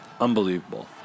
Unbelievable